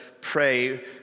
pray